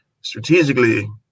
strategically